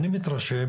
אני מתרשם